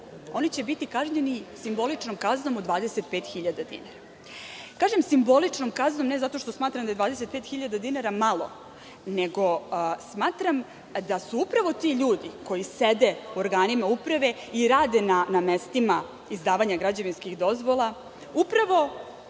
oni će biti kažnjeni simboličnom kaznom od 25.000 dinara. Kažem simboličnom kaznom ne zato što smatram da je 25.000 dinara malo, nego smatram da su upravo ti ljudi koji sede u organima uprave i rade na mestima izdavanja građevinskih dozvola, upravo